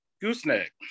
Gooseneck